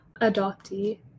adoptee